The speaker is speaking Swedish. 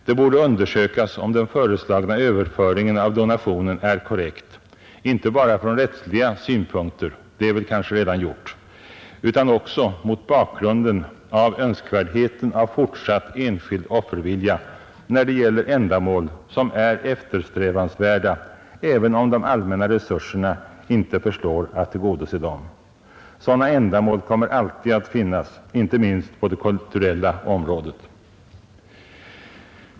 Det borde undersökas om den föreslagna överföringen av donationen är korrekt, inte bara från rättsliga synpunkter — det är väl kanske redan gjort — utan också mot bakgrunden av önskvärdheten av fortsatt enskild offervilja när det gäller ändamål som är eftersträvansvärda även om de allmänna resurserna inte förslår för att tillgodose dem. Sådana ändamål kommer alltid att finnas — inte minst på det kulturella området.